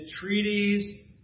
treaties